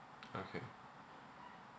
okay